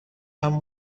امر